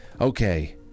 Okay